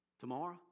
Tomorrow